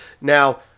Now